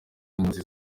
n’inyungu